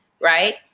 Right